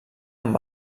amb